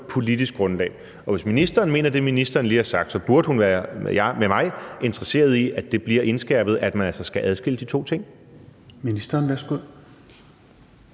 politisk grundlag. Hvis ministeren mener det, ministeren lige har sagt, burde hun med mig være interesseret i, at det bliver indskærpet, at man altså skal adskille de to ting. Kl.